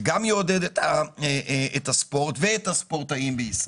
זה גם יעודד את הספורט ואת הספורטאים בישראל,